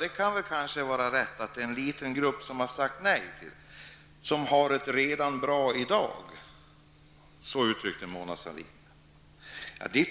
Det kan kanske vara riktigt att det är en liten grupp som har sagt nej. Mona Sahlin sade att det var en grupp som redan i dag har det bra.